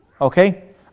Okay